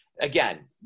again